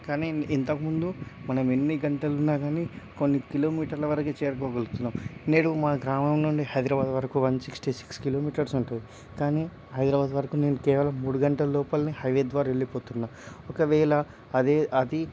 కానీ ఇంతకుముందు మనం ఎన్ని గంటలు ఉన్నా కానీ కొన్ని కిలోమీటర్ల వరకే చేరుకోగలుగుతున్నాం నేడు మా గ్రామం నుండి హైదరాబాదు వరకు వన్ సిక్స్టీ సిక్స్ కిలోమీటర్స్ ఉంటుంది కానీ హైదరాబాదు వరకు నేను కేవలం మూడు గంటల లోపలనే హైవే ద్వారా వెళ్ళిపోతున్న ఒకవేళ అదే అది